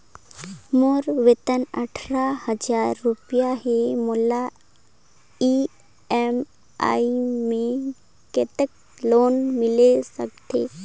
मोर वेतन अट्ठारह हजार रुपिया हे मोला ई.एम.आई मे कतेक लोन मिल सकथे?